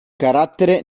carattere